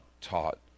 taught